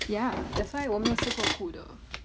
ya that's why 我没有吃过苦的